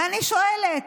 ואני שואלת,